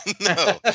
No